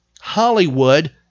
Hollywood